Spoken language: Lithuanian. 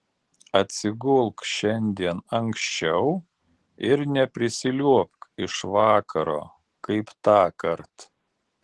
atsigulk šiandien anksčiau ir neprisiliuobk iš vakaro kaip tąkart